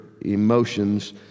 emotions